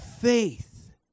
faith